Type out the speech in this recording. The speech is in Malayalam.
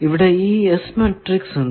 ഇവിടെ ഈ S മാട്രിക്സ് ഉണ്ട്